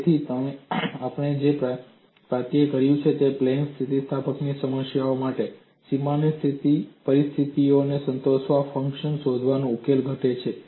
તેથી આપણે જે પ્રાપ્ત કર્યું છે તે છે પ્લેન સ્થિતિસ્થાપક સમસ્યા માટે સીમાની પરિસ્થિતિઓને સંતોષતા ફંક્શન શોધવામાં ઉકેલ ઘટે છે